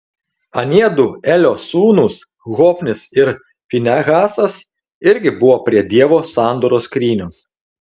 aniedu elio sūnūs hofnis ir finehasas irgi buvo prie dievo sandoros skrynios